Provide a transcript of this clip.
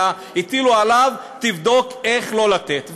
אלא הטילו עליו: תבדוק איך לא לתת.